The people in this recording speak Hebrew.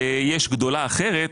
ויש גדולה אחרת,